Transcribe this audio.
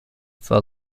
for